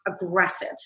aggressive